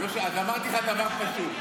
אמרתי לך דבר פשוט,